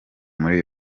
muri